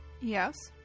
Yes